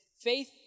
faith